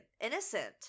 Innocent